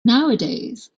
nowadays